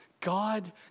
God